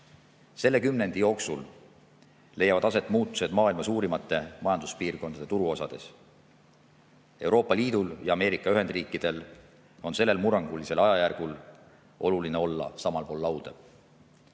Selle kümnendi jooksul leiavad aset muutused maailma suurimate majanduspiirkondade turuosades. Euroopa Liidul ja Ameerika Ühendriikidel on sellel murrangulisel ajajärgul oluline olla samal pool lauda.